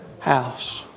house